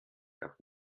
gab